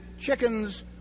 chickens